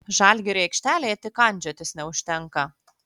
žalgiriui aikštelėje tik kandžiotis neužtenka